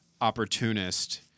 opportunist